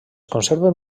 conserven